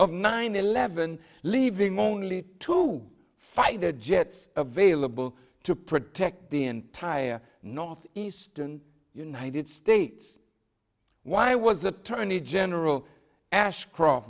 of nine eleven leaving only two fighter jets available to protect the entire northeastern united states why was attorney general ashcroft